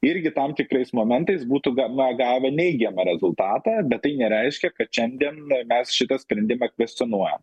irgi tam tikrais momentais būtų ga na gavę neigiamą rezultatą bet tai nereiškia kad šiandien mes šitą sprendimą kvestionuojam